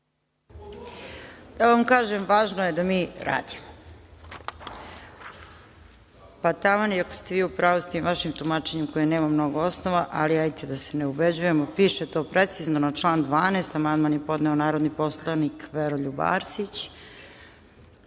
Da vam kažem važno je da mi radimo, pa taman i ako ste vi u pravu sa tim vašim tumačenjem koje nema mnogo osnova, ali hajde da se ne ubeđujemo. Piše to precizno. Na član 12. amandman je podneo narodni poslanik Veroljub